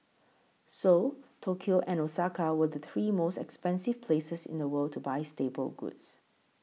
Seoul Tokyo and Osaka were the three most expensive places in the world to buy staple goods